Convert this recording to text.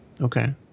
Okay